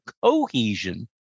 cohesion